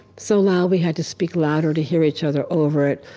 so loud we had to speak louder to hear each other over it.